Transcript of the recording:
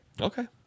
Okay